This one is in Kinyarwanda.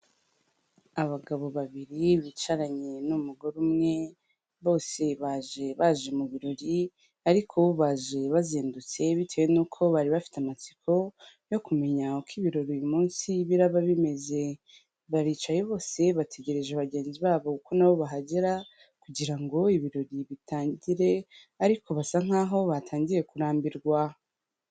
Abagabo babiri bicaranye n'umugore umwe, bose baje baje mu birori ariko baje bazindutse bitewe n'uko bari bafite amatsiko, yo kumenya uko ibirori uyu munsi biraba bimeze. Baricaye bose bategereje bagenzi babo ko na bo bahagera, kugira ngo ibirori bitangire, ariko basa nk'aho batangiye kurambirwa.